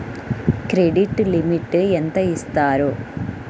Credit limit ఎంత ఇస్తారు?